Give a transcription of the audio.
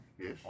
Yes